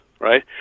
right